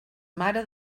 mare